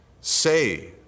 Say